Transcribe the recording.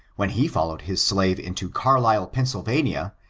when he followed his slave into carlisle, pennsylvania,